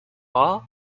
are